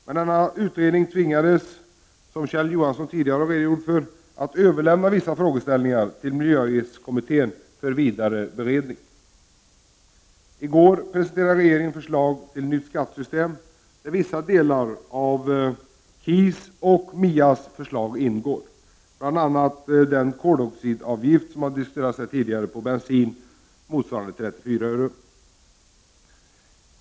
Men denna utredning tvingades, som Kjell Johansson tidigare här påpekade, också att överlämna vissa frågeställningar till ”miljöavgiftskommittén” för vidare beredning. I går presenterade regeringen förslag till ett nytt skattesystem där vissa delar av KIS och MIA:s förslag ingår. Det handlar bl.a. om den koldioxidavgift om 34 öre som har diskuterats här tidigare när det gäller bensin.